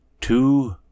Two